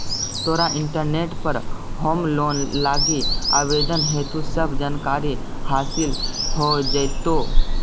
तोरा इंटरनेट पर home loan लागी आवेदन हेतु सब जानकारी हासिल हो जाएतो